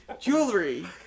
Jewelry